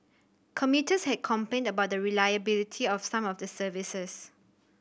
commuters had complained about the reliability of some of the services